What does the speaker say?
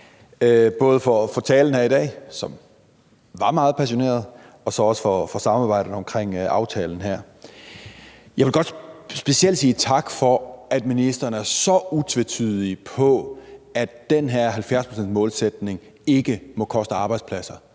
både for talen i dag, som var meget passioneret, og så også for samarbejdet omkring aftalen her. Jeg vil godt specielt sige tak for, at ministeren er så utvetydig på, at den her 70-procentsmålsætning ikke må koste arbejdspladser.